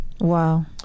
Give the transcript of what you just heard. Wow